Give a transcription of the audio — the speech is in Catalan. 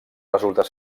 resultar